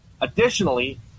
Additionally